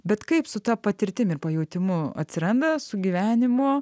bet kaip su ta patirtim ir pajautimu atsiranda sugyvenimo